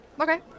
Okay